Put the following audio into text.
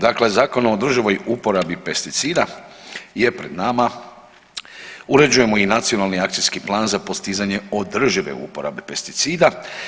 Dakle Zakon o održivoj uporabi pesticida je pred nama, uređujemo i Nacionalni akcijski plan za postizanje održive uporabe pesticida.